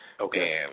Okay